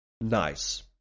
Nice